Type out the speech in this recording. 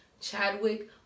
Chadwick